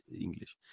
English